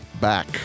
back